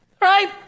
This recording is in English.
Right